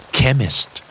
Chemist